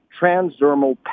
transdermal